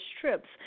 trips